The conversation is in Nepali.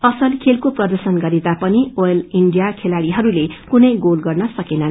असल खेलको प्रर्दशन गरेता पनि आयल इण्डिढया को खेलाड़ीहरूले कुनै गोल गर्न सकेनन्